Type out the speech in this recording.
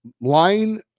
line